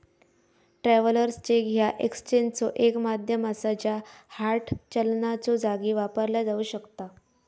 travellers cheque ह्या एक्सचेंजचो एक माध्यम असा ज्या हार्ड चलनाच्यो जागी वापरला जाऊ शकता